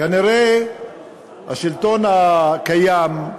כנראה השלטון הקיים,